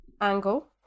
angle